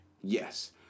yes